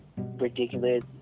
ridiculous